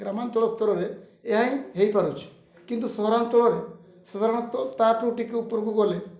ଗ୍ରାମାଞ୍ଚଳ ସ୍ତରରେ ଏହା ହିଁ ହେଇପାରୁଛି କିନ୍ତୁ ସହରାଞ୍ଚଳରେ ସାଧାରଣତଃ ତା'ଠାରୁ ଟିକେ ଉପରକୁ ଗଲେ